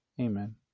Amen